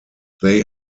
they